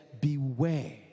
beware